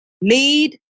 Lead